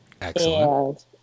Excellent